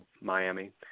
Miami